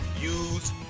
use